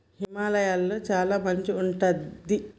హిమాలయ లొ చాల మంచు ఉంటది